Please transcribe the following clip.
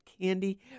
candy